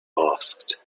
asked